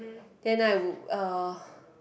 then I would uh